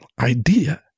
idea